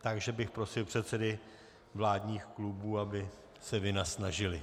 Takže bych prosil předsedy vládních klubů, aby se vynasnažili.